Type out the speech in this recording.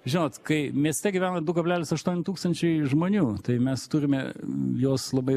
žinot kai mieste gyvena du kablelis aštuoni tūkstančiai žmonių tai mes turime juos labai